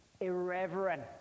irreverent